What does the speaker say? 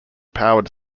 powered